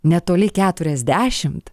netoli keturiasdešimt